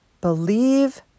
believe